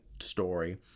story